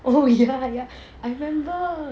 oh ya I remember